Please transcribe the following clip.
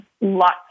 lots